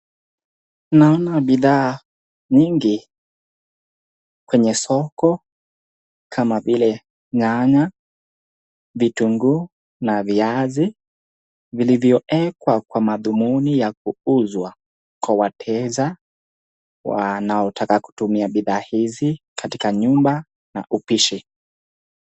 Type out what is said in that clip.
Naona bidhaa nyingi kwenye soko kama vile nyanya, vitunguu na viazi vilivyowekwa kwa madhumuni ya kuuzwa kwa wateja wanaotaka kutumia bidhaa hizi katika nyumba na upishi.